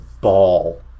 ball